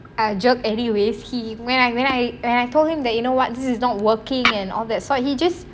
err joke anyways he when I when I when I told him that you know what this is not working and all that so he just